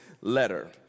letter